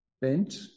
bent